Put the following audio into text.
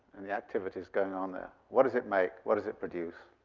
and the activities going on there. what does it make? what does it produce?